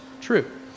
true